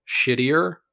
shittier